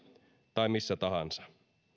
tai missä tahansa